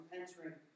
entering